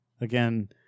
Again